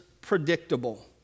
predictable